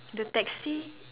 the taxi